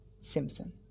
Simpson